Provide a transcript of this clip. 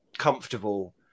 comfortable